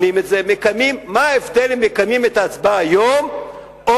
מה ההבדל אם מקיימים את ההצבעה היום או